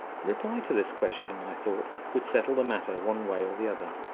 the reply to this question, i thought, would settle the matter one way or the other.